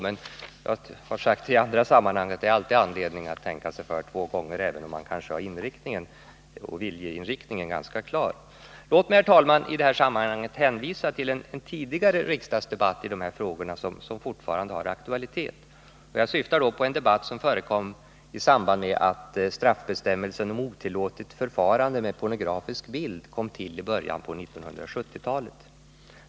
Jag har emellertid i andra sammanhang sagt att det alltid är anledning att tänka sig för två gånger, även om man kanske har viljeinriktningen ganska klar för sig. Låt mig, herr talman, i detta sammanhang hänvisa till en tidigare riksdagsdebatt i dessa frågor, som fortfarande har aktualitet. Jag syftar på den debatt som förekom i samband med att straffbestämmelsen om otillåtet förfarande med pornografisk bild kom till i början av 1970-talet.